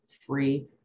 free